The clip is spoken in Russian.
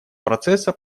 процесса